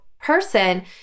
person